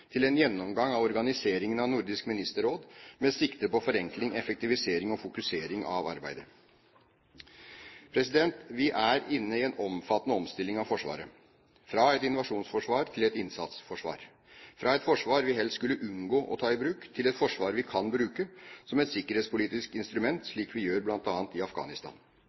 til en gjennomgang av organiseringen av Nordisk Ministerråd med sikte på en forenkling, effektivisering og fokusering av arbeidet. Vi er inne i en omfattende omstilling av Forsvaret – fra et invasjonsforsvar til et innsatsforsvar, fra et forsvar vi helst skulle unngå å ta i bruk, til et forsvar vi kan bruke som et sikkerhetspolitisk instrument, slik vi gjør blant annet i Afghanistan.